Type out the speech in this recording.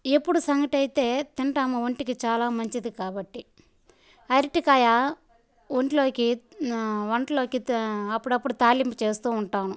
ఎప్పుడూ సంగటి అయితే తింటాము ఒంటికి చాలా మంచిది కాబట్టి అరటికాయ వంటలోకి వంటలోకి అప్పుడప్పుడు తాలింపు చేస్తూ ఉంటాను